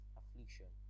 affliction